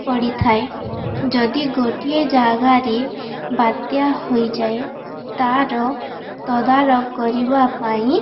ପଡ଼ିଥାଏ ଯଦି ଗୋଟିଏ ଜାଗାରେ ବାତ୍ୟା ହୋଇଯାଏ ତାର ତଦାରଖ କରିବା ପାଇଁ